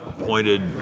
Appointed